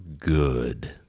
Good